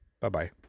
Bye-bye